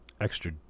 extra